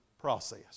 process